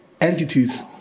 entities